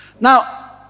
Now